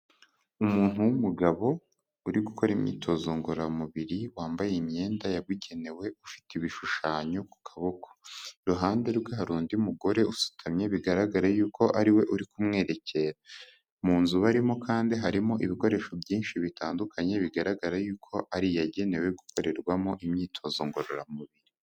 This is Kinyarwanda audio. Umuntu w'umugabo uri gukora imyitozo ngororamubiri, wambaye imyenda yabugenewe, ufite ibishushanyo ku kaboko, iruhande rwe hari undi mugore usutamye bigaragara yuko ariwe uri kumwerekera ,mu nzu barimo kandi harimo ibikoresho byinshi bitandukanye, bigaragara yuko ari iyagenewe gukorerwamo imyitozo ngororamubiri.